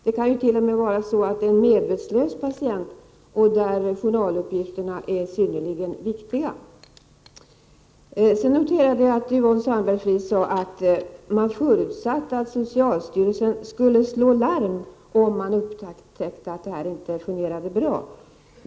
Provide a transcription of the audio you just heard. Det kan t.o.m. vara så att patienten är medvetslös, och då kan journaluppgifterna vara synnerligen viktiga. Så noterade jag att Yvonne Sandberg-Fries sade att utskottet förutsatt att socialstyrelsen skulle slå larm om man upptäckte att detta inte fungerade bra.